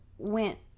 Went